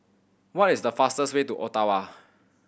what is the fastest way to Ottawa